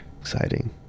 Exciting